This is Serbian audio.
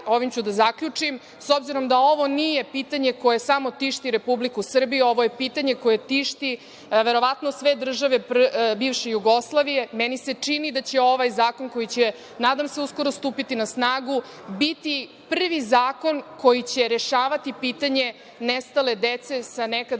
ovim ću da zaključim, s obzirom da ovo nije pitanje koje samo tišti Republiku Srbiju, ovo je pitanje koje tišti verovatno sve države bivše Jugoslavije, meni se čini da će ovaj zakon, koji će nadam se uskoro stupiti na snagu, biti prvi zakon koji će rešavati pitanje nestale dece sa nekadašnje